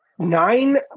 Nine